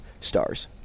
Stars